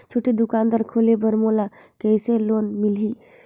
छोटे दुकान खोले बर मोला कइसे लोन मिलही?